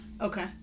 Okay